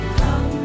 come